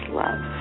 love